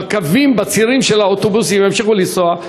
בצירים של האוטובוסים ימשיכו לנסוע,